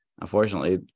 unfortunately